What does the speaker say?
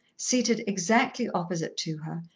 seated exactly opposite to her,